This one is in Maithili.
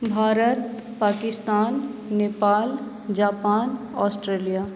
Bharat Pakistan Nepal Japan Australia